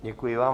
Děkuji vám.